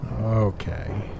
Okay